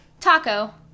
Taco